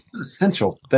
Essential